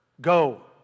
go